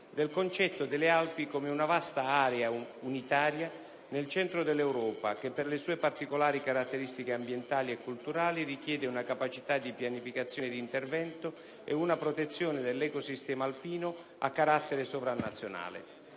del concetto delle Alpi come una vasta area unitaria nel centro dell'Europa che, per le sue particolari caratteristiche ambientali e culturali, richiede una capacità di pianificazione e di intervento e una protezione dell'ecosistema alpino a carattere sovranazionale.